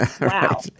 wow